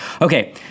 Okay